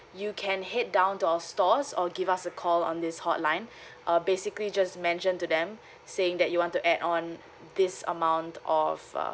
you can head down to our stores or give us a call on this hotline uh basically just mention to them saying that you want to add on this amount of uh